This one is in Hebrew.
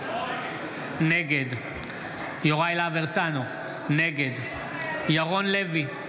נגד יוראי להב הרצנו, נגד ירון לוי, נגד